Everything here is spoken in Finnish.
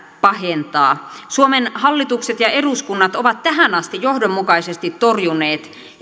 pahentaa suomen hallitukset ja eduskunnat ovat tähän asti johdonmukaisesti torjuneet